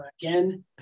again